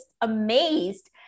amazed